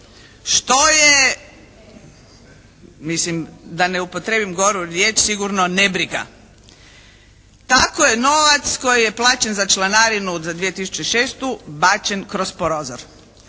Što je, mislim da ne upotrijebim goru riječ sigurno nebriga. Tako je novac koji je plaćen za članarinu za 2006. bačen kroz prozor.